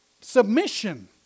submission